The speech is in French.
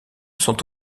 sont